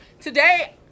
today